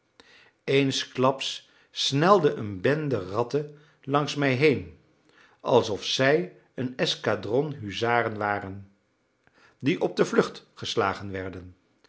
eensklaps snelde een bende ratten langs mij heen alsof zij een escadron huzaren waren die op de vlucht geslagen werden